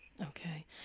Okay